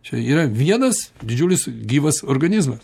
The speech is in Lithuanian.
čia yra vienas didžiulis gyvas organizmas